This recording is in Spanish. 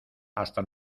hasta